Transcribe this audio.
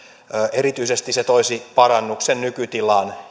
erityisesti se toisi parannuksen nykytilaan